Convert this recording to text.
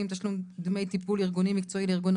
(תשלום דמי טיפול ארגוני-מקצועי לארגון